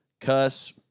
cuss